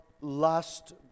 last